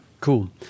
cool